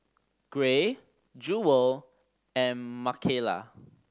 Gray Jewel and Makayla